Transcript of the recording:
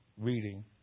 reading